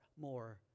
more